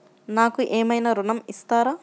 నాకు ఏమైనా ఋణం ఇస్తారా?